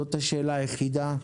זאת השאלה היחידה.